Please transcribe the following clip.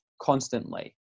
constantly